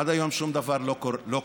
עד היום שום דבר לא קורה.